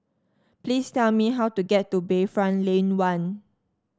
please tell me how to get to Bayfront Lane One